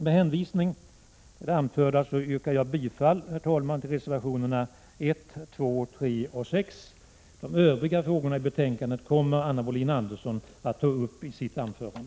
Med hänvisning till det anförda yrkar jag bifall till reservationerna nr 1, 2, 3 och 6. Övriga frågor i betänkandet kommer Anna Wohlin-Andersson att ta uppi sitt anförande.